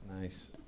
Nice